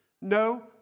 No